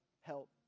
help